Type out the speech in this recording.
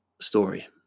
story